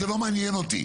זה לא מעניין אותי.